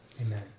Amen